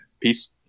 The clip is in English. peace